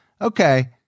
okay